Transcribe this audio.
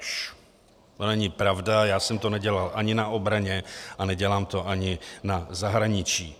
To není pravda, já jsem to nedělal ani na obraně a nedělám to ani na zahraničí.